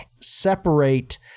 separate